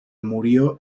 murió